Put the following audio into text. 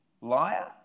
liar